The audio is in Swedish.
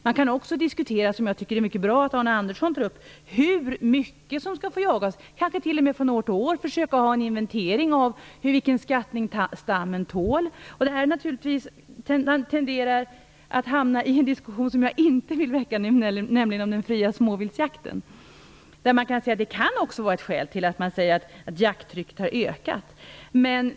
Man kan också diskutera - jag tycker att det är mycket bra att Arne Andersson har tagit upp den saken - hur mycket som skall få jagas. Kanske skall man från år till år försöka ha en inventering av vilken skattning stammen tål. Det här tenderar dock att resultera i en diskussion som jag inte vill väcka nu, nämligen diskussionen om den fria småviltsjakten. Men man kan ju säga att ett skäl är att jakttrycket har ökat.